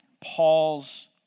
Paul's